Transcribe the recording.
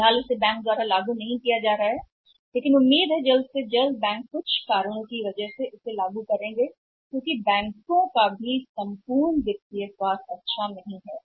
फिलहाल इसे बैंक द्वारा लागू नहीं किया जा रहा है लेकिन उम्मीद है कि जल्द ही बैंक इसे लागू करेंगे कुछ कारणों से ऐसा करना पड़ता है क्योंकि बैंक समग्र वित्तीय स्वास्थ्य भी अच्छा नहीं है